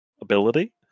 ability